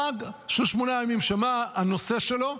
חג של שמונה ימים שמה הנושא שלו?